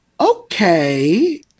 Okay